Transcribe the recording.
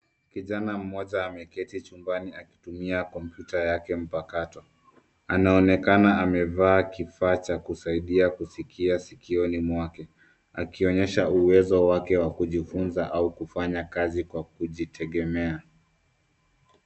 Kijana mmoja ameketi chumbani akitumia kompyuta yake mpakato. Anaonekana amevaa kifaa cha kusaidia kusikia sikioni mwake. Akionyesha uwezo wake wa kujifunza au kufanya kazi kwa kujitegemea.